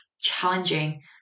challenging